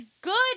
good